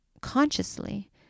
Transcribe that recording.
consciously